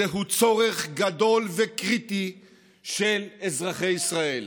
זהו צורך גדול וקריטי של אזרחי ישראל.